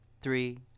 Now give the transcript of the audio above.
three